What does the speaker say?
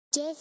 Jeff